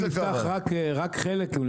נפתח רק חלק ממנו,